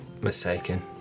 mistaken